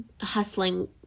hustling